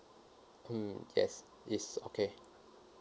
mm yes yes okay